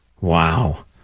Wow